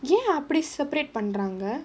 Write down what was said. ஏன் அப்டி:yaen apdi separate பண்றாங்க:pandraanga